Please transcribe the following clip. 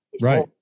right